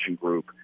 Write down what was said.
group